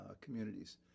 communities